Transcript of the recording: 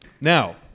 Now